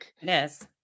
Yes